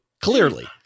clearly